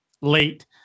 late